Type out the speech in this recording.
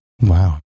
Wow